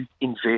invest